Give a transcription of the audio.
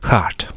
Heart